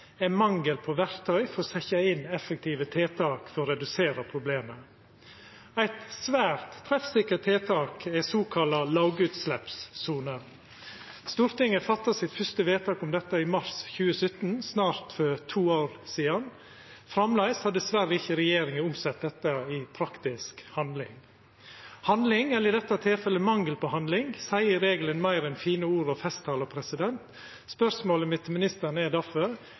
er mangel på verktøy for å setja inn effektive tiltak for å redusera problemet. Eit svært treffsikkert tiltak er såkalla lågutsleppssoner. Stortinget gjorde sitt fyrste vedtak om dette i mars 2015 – for snart to år sidan. Framleis har dessverre ikkje regjeringa omsett dette i praktisk handling. Handling, eller i dette tilfellet mangel på handling, seier i regelen meir enn fine ord og festtalar. Spørsmålet mitt til ministeren er